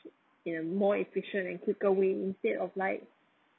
in a more efficient and quicker way instead of like